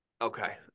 Okay